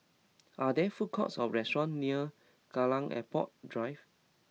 are there food courts or restaurants near Kallang Airport Drive